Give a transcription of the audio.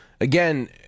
Again